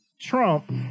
Trump